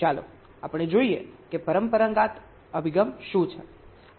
ચાલો આપણે જોઈએ કે પરંપરાગત અભિગમ શું છે આપણે શું કરીએ છીએ